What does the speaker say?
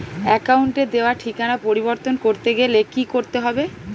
অ্যাকাউন্টে দেওয়া ঠিকানা পরিবর্তন করতে গেলে কি করতে হবে?